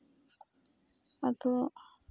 ᱟᱫᱚ